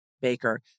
Baker